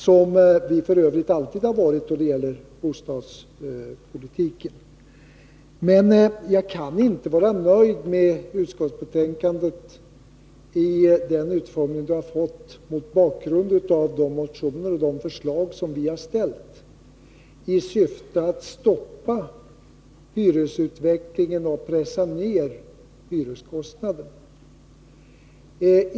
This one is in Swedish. Det har vi f. ö. alltid varit då det gäller bostadspolitiken. Men jag kan inte vara nöjd med utskottsbetänkandet i den utformning det har fått mot bakgrund av de motioner och de förslag som vi har väckt i syfte att pressa ner hyreskostnaderna och stoppa den nuvarande hyresutvecklingen.